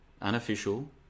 unofficial